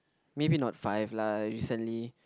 maybe not five lah recently